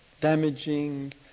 damaging